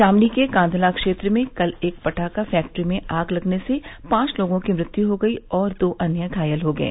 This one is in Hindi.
शामली के कांधला क्षेत्र में कल एक पटाखा फैक्ट्री में आग लगने से पांच लोगों की मृत्य हो गयी और दो अन्य घायल हो गये